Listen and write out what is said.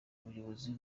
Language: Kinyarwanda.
ubuyobozi